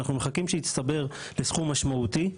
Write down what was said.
אנחנו מחכים שיצטבר לסכום משמעותי,